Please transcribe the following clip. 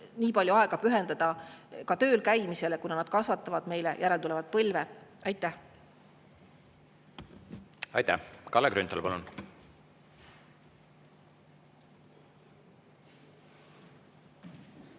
nii palju aega tööl käimisele, kuna nad kasvatavad meile järeltulevat põlve. Aitäh! Aitäh! Kalle Grünthal, palun!